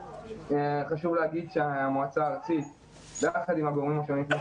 חשוב לומר שהמועצה הארצית ביחד עם הגורמים השונים,